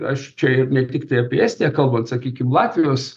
aš čia ir ne tiktai apie estiją kalbant sakykim latvijos